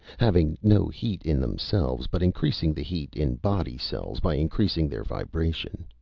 having no heat in themselves but increasing the heat in body cells by increasing their vibration.